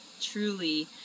truly